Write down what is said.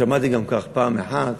שמעתי גם כך פעם אחת,